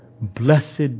Blessed